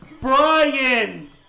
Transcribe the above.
Brian